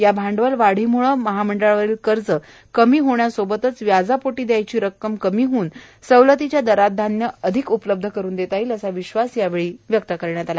या भांडवल वाढीमुळे महामंडळवरील कर्ज कमी होण्यासोबतच व्याजापोटी दब्बायची रक्कम कमी होऊन सवलतीच्या दरात धान्य उपलब्ध करून देता येईल असा विश्वास यावेळी व्यक्त करण्यात आला